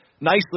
nicely